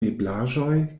meblaĵoj